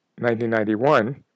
1991